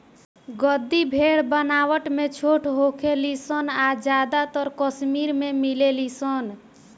गद्दी भेड़ बनावट में छोट होखे ली सन आ ज्यादातर कश्मीर में मिलेली सन